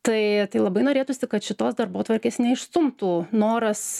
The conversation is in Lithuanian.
tai tai labai norėtųsi kad šitos darbotvarkės neišstumtų noras